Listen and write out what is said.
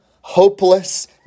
hopeless